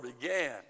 began